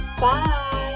Bye